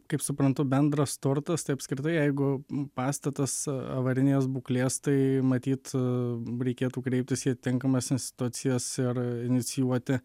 kaip suprantu bendras turtas tai apskritai jeigu pastatas avarinės būklės tai matyt reikėtų kreiptis į atitinkamas institucijas ir inicijuoti